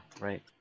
right